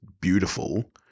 beautiful